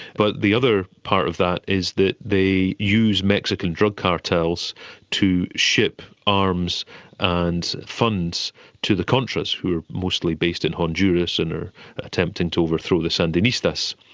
but the other part of that is that they use mexican drug cartels to ship arms and funds to the contras, who are mostly based in honduras and are attempting to overthrow the sandinistas.